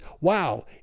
wow